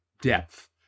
depth